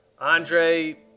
Andre